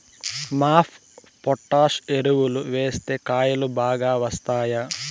MOP potash ఎరువులు వేస్తే కాయలు బాగా వస్తాయా?